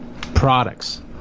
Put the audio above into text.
products